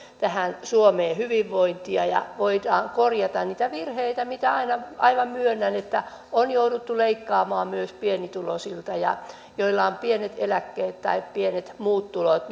tähän suomeen hyvinvointia ja voimme korjata niitä virheitä aivan myönnän että on jouduttu leikkaamaan myös pienituloisilta ja heihin joilla on pienet eläkkeet tai pienet muut tulot